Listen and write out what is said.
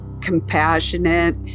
compassionate